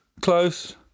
close